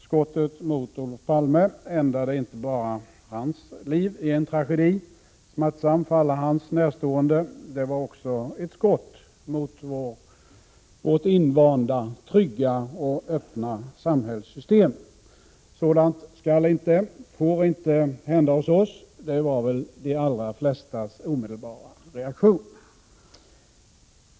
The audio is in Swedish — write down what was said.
Skottet mot Olof Palme ändade inte bara hans livi en tragedi, smärtsam för alla hans närstående, det var också ett skott mot vårt invanda, trygga och öppna samhällssystem. Sådant skall inte och får inte hända hos oss, det var väl de allra flestas omedelbara reaktion.